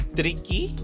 tricky